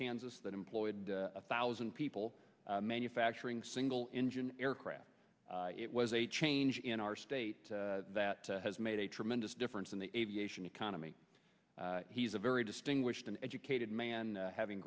kansas that employed a thousand people manufacturing single engine aircraft it was a change in our state that has made a tremendous difference in the aviation economy he's a very distinguished an educated man having